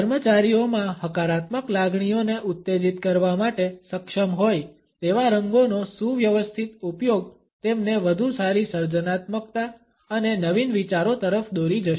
કર્મચારીઓમાં હકારાત્મક લાગણીઓને ઉત્તેજીત કરવા માટે સક્ષમ હોય તેવા રંગોનો સુવ્યવસ્થિત ઉપયોગ તેમને વધુ સારી સર્જનાત્મકતા અને નવીન વિચારો તરફ દોરી જશે